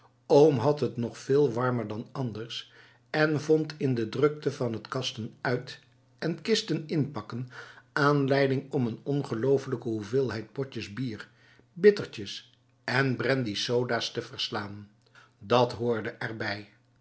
oom had het nog veel warmer dan anders en vond in de drukte van het kasten uit en kisten inpakken aanleiding om een ongelooflijke hoeveelheid potjes bier bittertjes en brandy soda's te verslaan dat hoorde erbij